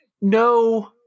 no